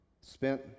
spent